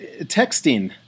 Texting